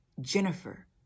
Jennifer